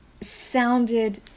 sounded